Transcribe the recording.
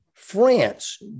France